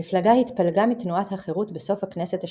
המפלגה התפלגה מתנועת החרות בסוף הכנסת השישית,